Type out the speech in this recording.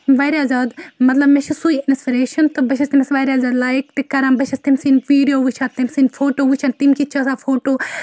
واریاہ زیادٕ مطلب مےٚ چھُ سُے اِنَسپٕریشَن تہٕ بہٕ چھَس تٔمِس واریاہ زیادٕ لایک تہِ کَران بہٕ چھَس تٔمۍ سٕنٛدۍ وییڈیو وُچھان تٔمۍ سٕنٛدۍ فوٹوٗ وُچھان تٔمۍ کِتھۍ چھِ آسان فوٹوٗ